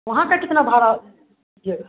वहाँ का कितना भाड़ा